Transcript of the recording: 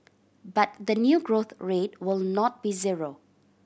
but the new growth rate will not be zero